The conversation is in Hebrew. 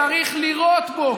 צריך לירות בו.